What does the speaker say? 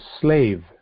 slave